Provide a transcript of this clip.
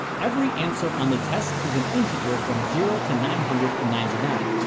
every answer on the test is an integer from zero to nine hundred and ninety nine.